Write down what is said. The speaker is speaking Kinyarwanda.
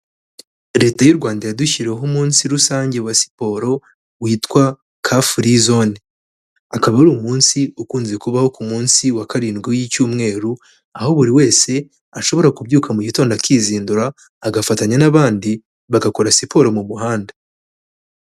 Leta y'u Rwanda yadushyiriyeho umunsi rusange wa siporo witwa Car Free Zone. Akaba ari umunsi ukunze kubaho ku munsi wa karindwi w'icyumweru, aho buri wese ashobora kubyuka mu gitondo akizindura, agafatanya n'abandi bagakora siporo mu muhanda.